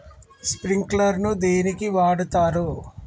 Sprinkler ను దేనికి వాడుతరు?